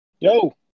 Yo